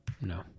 No